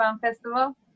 festival